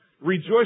Rejoice